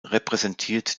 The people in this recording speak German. repräsentiert